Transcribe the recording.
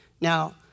Now